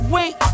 Wait